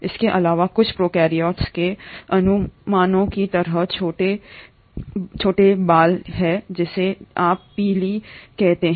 इसके अलावा कुछ प्रोकैरियोट्स में अनुमानों की तरह छोटे छोटे बाल हैं जो जिसे आप पिली कहते हैं